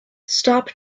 stop